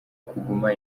kuguma